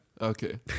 Okay